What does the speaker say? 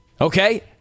Okay